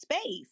space